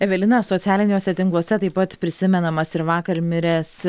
evelina socialiniuose tinkluose taip pat prisimenamas ir vakar miręs